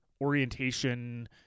orientation